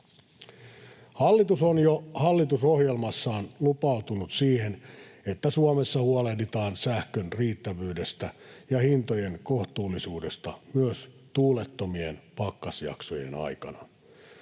Hallitus on jo hallitusohjelmassaan lupautunut siihen, että Suomessa huolehditaan sähkön riittävyydestä ja hintojen kohtuullisuudesta myös tuulettomien pakkasjaksojen aikana.